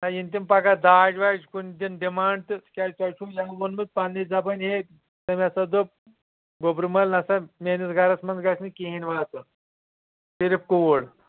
وۄنۍ یِنہ تِم پگاہ داج واج کُنہ دِن ڈِمانڑ تہٕ تِکیازِ تُۄہہ چُھ یَوٕ ووٚنمُت پَننہِ زبٲنۍ ہے تٔمھ ہسا دوٛپ گوبرٕ مٲلۍ نہ سا میٲنِس گھرس منٛز گَژھہِ نہٕ کہیٖنۍ واتُن صرف کوٗر